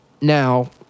now